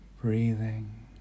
breathing